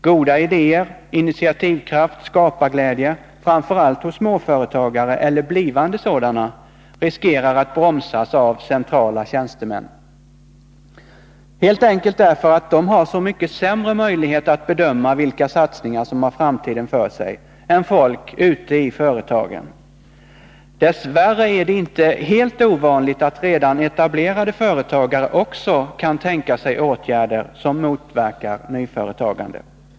Goda idéer, initiativkraft och skaparglädje, framför allt hos småföretagare eller blivande sådana, riskerar att bromsas av centrala tjänstemän, helt enkelt därför att de har så mycket sämre möjlighet att bedöma vilka satsningar som har framtiden för sig än folk ute i företagen. Dess värre är det inte helt ovanligt att redan etablerade företagare också kan tänka sig åtgärder som motverkar nyföretagande.